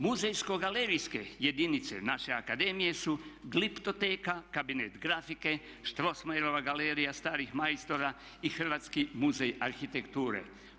Muzejsko-galerijske jedinice naše akademije su gliptoteka, kabinet grafike, Strossmayerova starih majstora i Hrvatski muzej arhitekture.